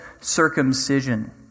circumcision